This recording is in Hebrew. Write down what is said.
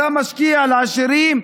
אתה משקיע בעשירים,